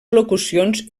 locucions